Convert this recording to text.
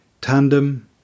Tandem